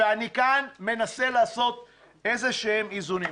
ואני כאן מנסה לעשות איזה שהם איזונים.